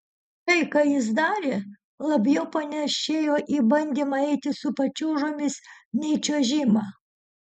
tai ką jis darė labiau panėšėjo į bandymą eiti su pačiūžomis nei čiuožimą